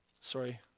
sorry